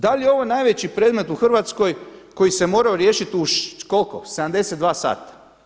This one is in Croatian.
Da li je ovo najveći predmet u Hrvatskoj koji se morao riješiti u koliko 72 sata?